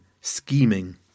scheming